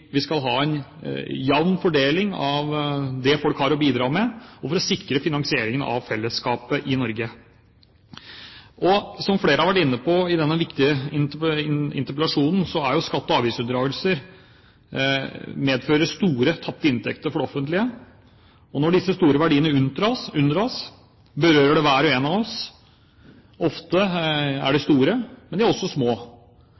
å sikre finansieringen av fellesskapet i Norge. Som flere har vært inne på i denne viktige interpellasjonen, medfører skatte- og avgiftsunndragelser store tapte inntekter for det offentlige. Når disse store verdiene unndras, berører det hver og en av oss. Ofte er de store, men de er også små. Jeg vil si det såpass sterkt at jeg mener at det å